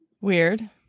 Weird